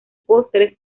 postres